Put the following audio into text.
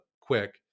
quick